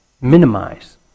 minimize